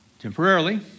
temporarily